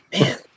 man